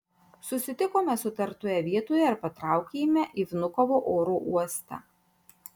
susitikome sutartoje vietoje ir patraukėme į vnukovo oro uostą